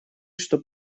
что